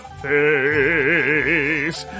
face